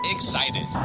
Excited